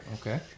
Okay